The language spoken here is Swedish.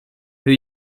hur